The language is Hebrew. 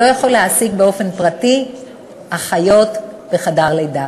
שלפיו הוא לא יכול להעסיק באופן פרטי אחיות בחדר לידה.